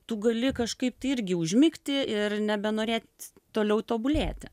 tu gali kažkaip tai irgi užmigti ir nebenorėt toliau tobulėti